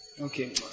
Okay